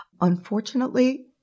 Unfortunately